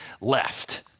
left